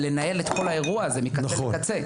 לנהל את כל האירוע הזה מקצה לקצה.